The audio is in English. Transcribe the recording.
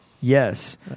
Yes